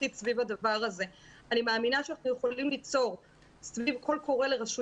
בוודאי ובוודאי שבעתות חרום כאלה אנחנו לא יכולים לגייס עוד מאות ואלפים